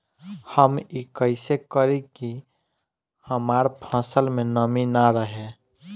हम ई कइसे करी की हमार फसल में नमी ना रहे?